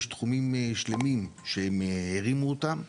יש תחומים שלמים שהם הרימו אותם.